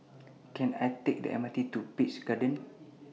Can I Take The M R T to Peach Garden